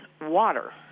water